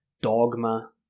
dogma